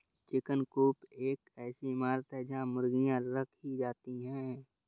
chicken coop एक ऐसी इमारत है जहां मुर्गियां रखी जाती हैं